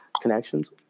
connections